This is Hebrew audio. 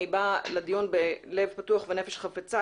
אני באה לדיון בלב פתוח ונפש חפצה.